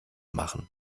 machen